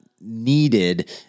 needed